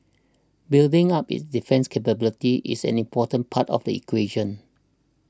building up its defence capabilities is an important part of the equation